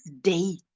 day